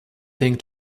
thing